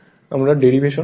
আমরা ডেরিভেশনও দেখেছি